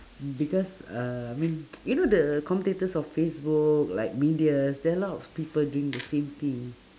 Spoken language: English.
because uh mean you know the commentators of Facebook like medias there a lot of people doing the same thing